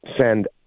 send